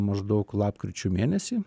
maždaug lapkričio mėnesį